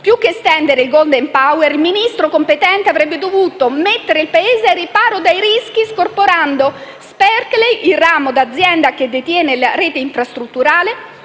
Più che estendere il *golden power*, il Ministro competente avrebbe dovuto mettere il Paese al riparo dai rischi, scorporando Sparkle, il ramo d'azienda che detiene la rete infrastrutturale